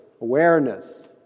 awareness